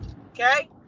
Okay